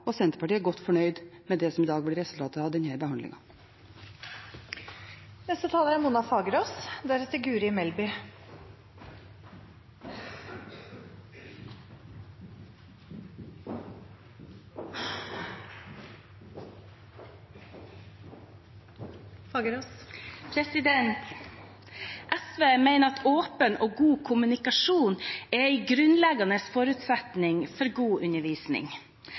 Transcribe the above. Senterpartiet er godt fornøyd med det som blir resultatet av denne behandlingen. SV mener at åpen og god kommunikasjon er en grunnleggende forutsetning for god undervisning.